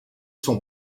sont